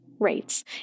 rates